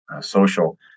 social